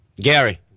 Gary